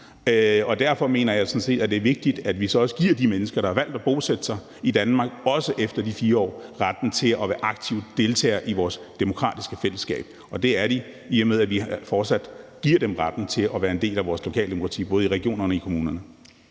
Derfor mener jeg også, at det er vigtigt, at vi giver de mennesker, der har valgt at bosætte sig i Danmark, også efter de 4 år, retten til at være aktive deltagere i vores demokratiske fællesskab. Og det er de, i og med at vi fortsat giver dem retten til at være en del af vores lokaldemokrati, både i regionerne og i kommunerne.